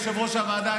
יושב-ראש הוועדה,